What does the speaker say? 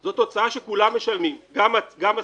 זאת הוצאה שכולם משלמים, גם עסקים,